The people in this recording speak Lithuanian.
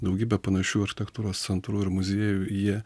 daugybė panašių architektūros centrų ir muziejų jie